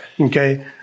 Okay